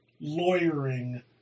lawyering